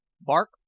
Bark